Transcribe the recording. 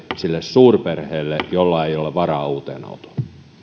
sille suurperheelle jolla ei ole varaa uuteen autoon